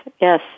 yes